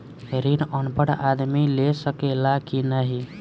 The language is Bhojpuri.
ऋण अनपढ़ आदमी ले सके ला की नाहीं?